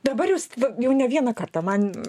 dabar jūs jau ne vieną kartą man